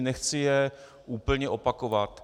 Nechci je úplně opakovat.